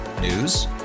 News